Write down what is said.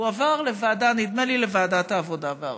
הוא עבר, נדמה לי, לוועדת העבודה והרווחה.